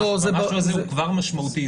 והמשהו הזה הוא כבר משמעותי.